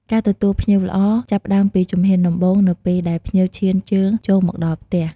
ការទទួលភ្ញៀវល្អ ចាប់ផ្តើមពីជំហានដំបូងនៅពេលដែលភ្ញៀវឈានជើងចូលមកដល់ផ្ទះ។